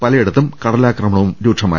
പലയിടത്തും കടലാക്രമണവും രൂക്ഷമായി